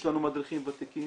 יש לנו מדריכים ותיקים.